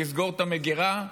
לסגור את המגירה,